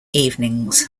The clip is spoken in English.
evenings